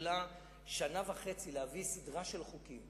לממשלה שנה וחצי להביא סדרה של חוקים